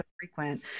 frequent